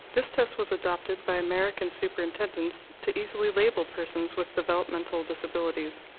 this test was adopted by american superintendents to easily label persons with developmental disabilities.